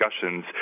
discussions